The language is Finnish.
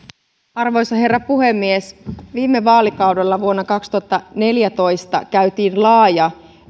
arvoisa herra puhemies viime vaalikaudella vuonna kaksituhattaneljätoista käytiin laaja